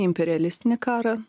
imperialistinį karą